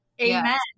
amen